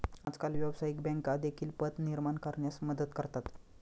आजकाल व्यवसायिक बँका देखील पत निर्माण करण्यास मदत करतात